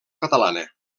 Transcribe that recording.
catalana